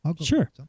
Sure